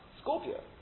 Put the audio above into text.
Scorpio